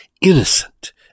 innocent